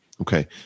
Okay